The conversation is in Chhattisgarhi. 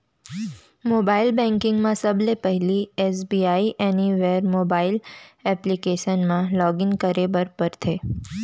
मोबाइल बेंकिंग म सबले पहिली एस.बी.आई एनिवर मोबाइल एप्लीकेसन म लॉगिन करे बर परथे